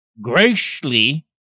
graciously